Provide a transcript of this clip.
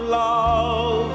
love